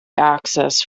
access